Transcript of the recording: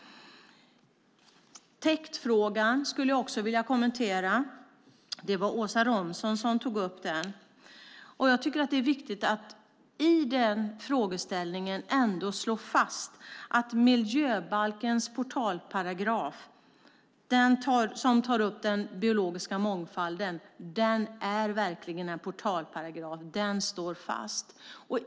Täktfrågan skulle jag också vilja kommentera. Det var Åsa Romson som tog upp den. Jag tycker att det är viktigt att i den frågeställningen slå fast att miljöbalkens portalparagraf, som tar upp den biologiska mångfalden, verkligen är en portalparagraf och står fast.